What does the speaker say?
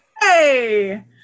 hey